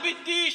"לא, בידיש.